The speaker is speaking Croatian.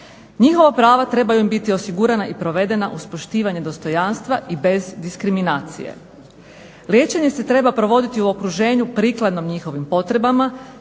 Njihova prava trebaju im biti osigurana i provedena uz poštivanje dostojanstva i bez diskriminacije. Liječenje se treba provoditi u okruženju prikladnom njihovim potrebama,